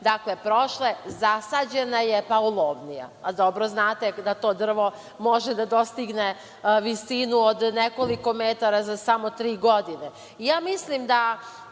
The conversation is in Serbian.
slike prošle. Zasađena je paulovnija. Dobro znate da to drvo može da dostigne visinu od nekoliko metara za samo tri godine. Ja mislim da